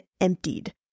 emptied